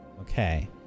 Okay